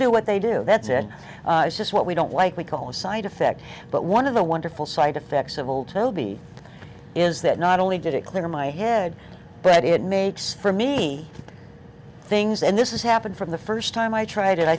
do what they do that said just what we don't like we call a side effect but one of the wonderful side effects of all tilby is that not only did it clear my head but it makes for me things and this is happened from the first time i tried it i